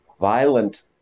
violent